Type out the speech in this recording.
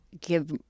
give